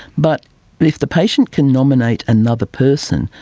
but if the patient can nominate another person,